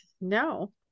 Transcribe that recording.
No